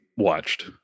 watched